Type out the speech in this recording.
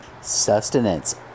Sustenance